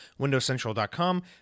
WindowsCentral.com